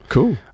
Cool